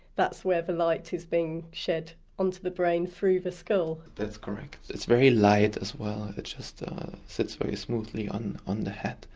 that's where the light is being shed onto the brain through the skull. that's correct. it's very light as well, it just sits very smoothly on on the head.